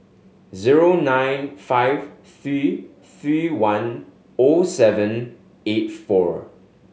zero nine five three three one O seven eight four